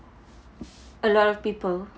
a lot of people